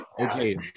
okay